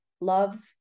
love